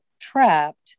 trapped